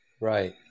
Right